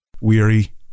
Weary